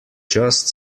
just